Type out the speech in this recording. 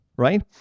right